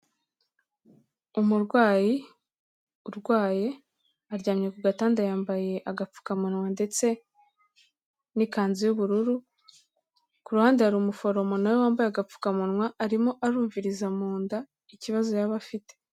Umurwayi urwaye aryamye ku gatanda yambaye agapfukamunwa ndetse n'ikanzu y'ubururu, ku ruhande hari umuforomo nawe wambaye agapfukamunwa arimo arumviriza mu nda ikibazo yab'afite.